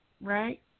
Right